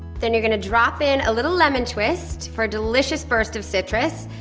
then you're gonna drop in a little lemon twist for a delicious burst of citrus,